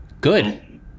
good